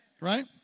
Right